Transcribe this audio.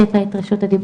ולתת לה את רשות הדיבור.